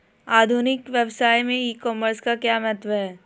आधुनिक व्यवसाय में ई कॉमर्स का क्या महत्व है?